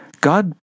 God